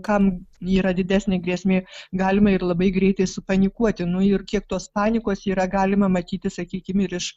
kam yra didesnė grėsmė galima ir labai greitai supanikuoti nu ir kiek tos panikos yra galima matyti sakykim ir iš